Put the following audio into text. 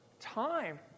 time